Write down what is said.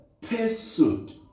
pursuit